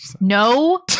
No